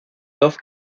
dos